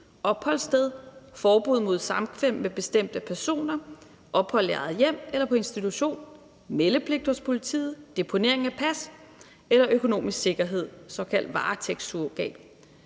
opholdssted, forbud mod samkvem med bestemte personer, ophold i eget hjem eller på institution, meldepligt hos politiet, deponering af pas eller økonomisk sikkerhed, såkaldt varetægtssurrogat,